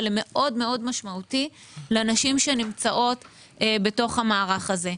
הם מאוד מאוד משמעותיים לנשים שנמצאות בתוך המערך הזה.